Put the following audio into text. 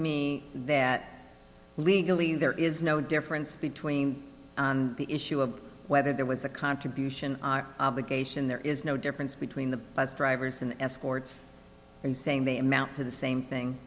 me that legally there is no difference between the issue of whether there was a contribution obligation there is no difference between the bus drivers and escorts and saying they amount to the same